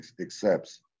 accepts